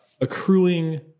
accruing